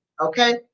Okay